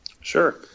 Sure